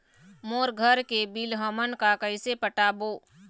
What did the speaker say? मोर घर के बिल हमन का कइसे पटाबो?